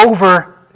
over